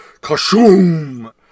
KASHOOM